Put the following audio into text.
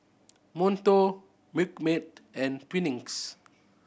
Monto Milkmaid and Twinings